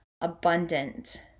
abundant